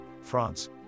France